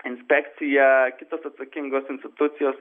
inspekcija kitos atsakingos institucijos